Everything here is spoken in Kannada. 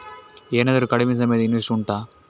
ಏನಾದರೂ ಕಡಿಮೆ ಸಮಯದ ಇನ್ವೆಸ್ಟ್ ಉಂಟಾ